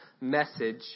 message